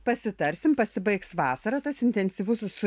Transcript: pasitarsim pasibaigs vasara tas intensyvus